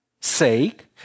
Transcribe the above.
sake